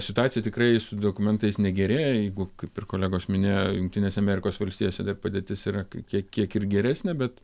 situacija tikrai su dokumentais negerėja jeigu kaip ir kolegos minėjo jungtinėse amerikos valstijose dar padėtis yra kai kiek ir geresnė bet